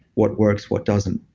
what works, what doesn't.